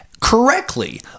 correctly